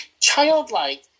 childlike